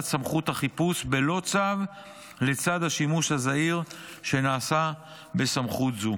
סמכות החיפוש בלא צו לצד השימוש הזהיר שנעשה בסמכות זו.